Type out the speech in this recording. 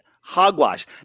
hogwash